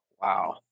wow